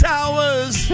Towers